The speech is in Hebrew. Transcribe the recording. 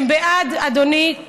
הם בעד, אדוני.